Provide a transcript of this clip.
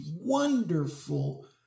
wonderful